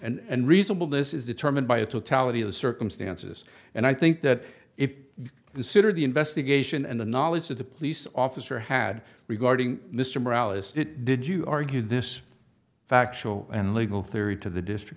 this and reasonable this is determined by a totality of circumstances and i think that if the sooner the investigation and the knowledge that the police officer had regarding mr morale as it did you argued this factual and legal theory to the district